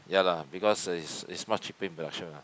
ya lah because it's it's much a big production lah